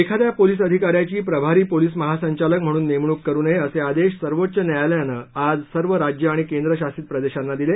एखाद्या पोलिस अधिकाऱ्यांची प्रभारी पोलिस महासंचालक म्हणून नेमणूक करू नये असे आदेश सर्वोच्च न्यायालयानं आज सर्व राज्यं आणि केंद्रशासित प्रदेशांना दिले